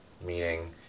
meaning